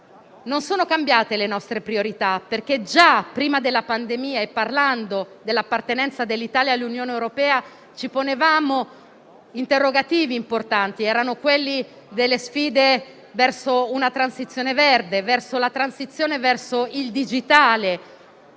Non sono cambiate le nostre priorità, perché già prima della pandemia e parlando dell'appartenenza dell'Italia all'Unione europea, ci ponevamo interrogativi importanti, erano quelli delle sfide verso una transizione verde, verso la transizione verso il digitale,